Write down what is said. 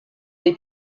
dei